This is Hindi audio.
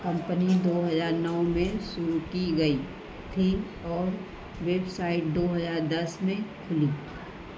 कंपनी दो हजार नौ में शुरू की गई थी और वेबसाइट दो हजार दस में खुली